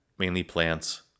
mainlyplants